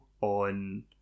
on